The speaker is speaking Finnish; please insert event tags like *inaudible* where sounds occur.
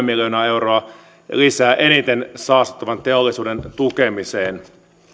*unintelligible* miljoonaa euroa lisää eniten saastuttavan teollisuuden tukemiseen